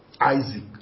Isaac